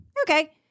Okay